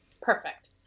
Perfect